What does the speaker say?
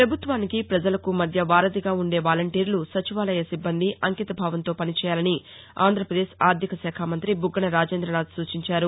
ప్రభుత్వానికి ప్రజలకు మధ్య వారధిగా ఉండే వాలంటీర్లు సచివాలయ సిబ్బంది అంకితభావంతో పని చేయాలని ఆంధ్రాపదేశ్ ఆర్థికశాఖ మంతి బుగ్గన రాజేంద్రనాథ్ సూచించారు